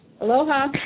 Aloha